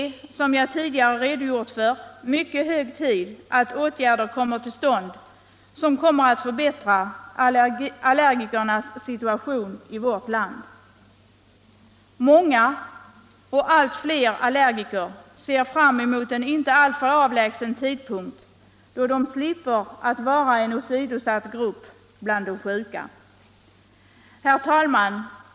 Som jag tidigare redogjort för är det mycket hög tid att åtgärder vidtas, som kan förbättra allergikernas situation i vårt land. Många allergiker — och de blir allt fler — ser fram mot att inom en inte alltför avlägsen framtid slippa utgöra en åsidosatt grupp bland de sjuka. Herr talman!